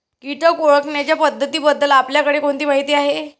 कीटक ओळखण्याच्या पद्धतींबद्दल आपल्याकडे कोणती माहिती आहे?